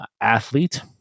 athlete